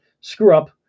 screw-up